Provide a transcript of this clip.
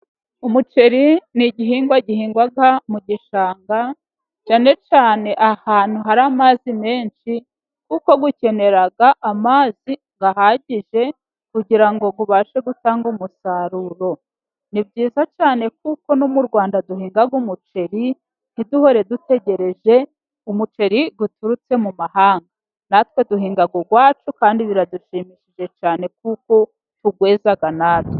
Umuceri ni igihingwa gihingwa mu gishanga cyane cyane ahantu hari amazi menshi kuko ukenera amazi ahagije, kugira ngo ubashe gutanga umusaruro. Ni byiza cyane kuko no mu Rwanda duhinga umuceri ntiduhore dutegereje umuceri uturutse mu mahanga. Natwe duhinga uwacu kandi biradushimishije cyane kuko tuweza natwe.